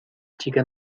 chica